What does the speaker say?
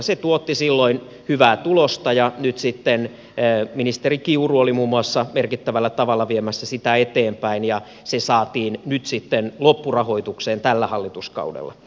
se tuotti silloin hyvää tulosta ja nyt sitten muun muassa ministeri kiuru oli merkittävällä tavalla viemässä sitä eteenpäin ja se saatiin nyt sitten loppurahoitukseen tällä hallituskaudella